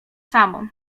samo